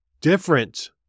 different